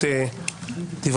לפני צוהריים טובים.